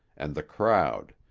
and the crowd,